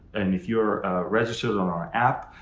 and if you're registered on our app,